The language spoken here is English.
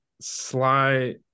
sly